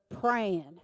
praying